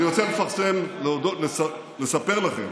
אני רוצה לפרסם, לספר לכם: